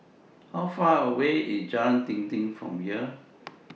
How Far away IS Jalan Dinding from here